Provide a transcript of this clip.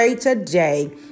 Today